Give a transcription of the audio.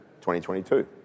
2022